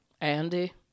Andy